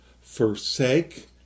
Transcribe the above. Forsake